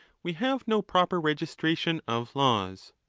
we have no proper registration of laws.